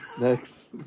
next